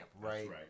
right